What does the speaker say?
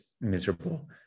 miserable